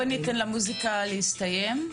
בואי ניתן למוזיקה להסתיים.